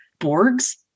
Borgs